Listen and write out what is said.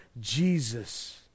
Jesus